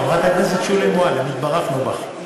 חברת הכנסת שולי מועלם, התברכנו בך.